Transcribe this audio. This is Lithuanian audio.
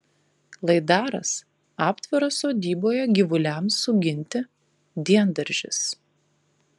laidaras aptvaras sodyboje gyvuliams suginti diendaržis